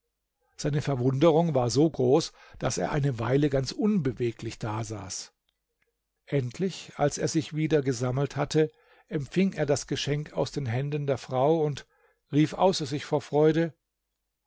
seine verwunderung war so groß daß er eine weile ganz unbeweglich dasaß endlich als er sich wieder gesammelt hatte empfing er das geschenk aus den händen der frau und rief außer sich vor freude